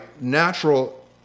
natural